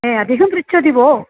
ए अधिकं पृच्छति भो